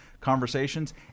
conversations